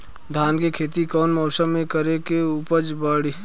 धान के खेती कौन मौसम में करे से उपज बढ़ी?